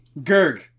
Gerg